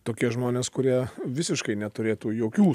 tokie žmonės kurie visiškai neturėtų jokių